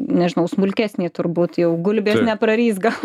nežinau smulkesniai turbūt jau gulbės neprarys gal